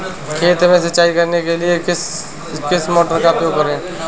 खेत में सिंचाई करने के लिए किस मोटर का उपयोग करें?